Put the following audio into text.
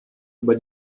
über